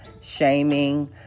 shaming